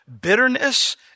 Bitterness